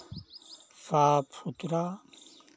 साफ़ सुथरा